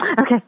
okay